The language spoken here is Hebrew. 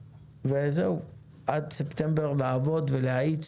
עד ספטמבר לעבוד ולהאיץ.